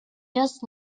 just